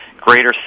greater